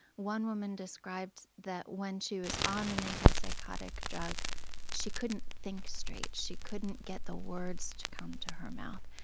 one woman described that when she was on an antipsychotic antipsychotic drug she couldn't think straight, she couldn't get the words to come to her mouth.